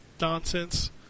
nonsense